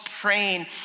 praying